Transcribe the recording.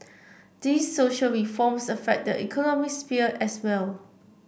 these social reforms affect the economic sphere as well